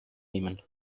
nehmen